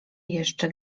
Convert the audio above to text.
jeszcze